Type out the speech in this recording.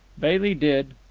bailey did.